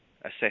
assess